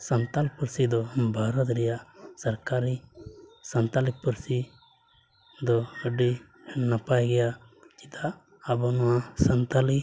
ᱥᱟᱱᱛᱟᱲᱤ ᱯᱟᱹᱨᱥᱤ ᱫᱚ ᱵᱷᱟᱨᱚᱛ ᱨᱮᱭᱟᱜ ᱥᱚᱨᱠᱟᱨᱤ ᱥᱟᱱᱛᱟᱲᱤ ᱯᱟᱹᱨᱥᱤ ᱫᱚ ᱟᱹᱰᱤ ᱱᱟᱯᱟᱭ ᱜᱮᱭᱟ ᱪᱮᱫᱟᱜ ᱟᱵᱚ ᱱᱚᱣᱟ ᱥᱟᱱᱛᱟᱲᱤ